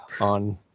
on